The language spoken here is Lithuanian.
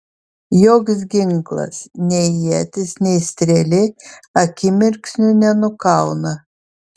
joks ginklas nei ietis nei strėlė akimirksniu nenukauna